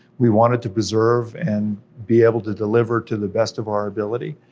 we wanted to preserve and be able to deliver to the best of our ability,